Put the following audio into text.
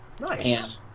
Nice